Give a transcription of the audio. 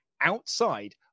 outside